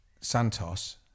Santos